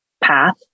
path